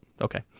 Okay